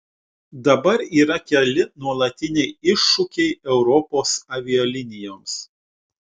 dabar yra keli nuolatiniai iššūkiai europos avialinijoms